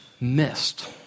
missed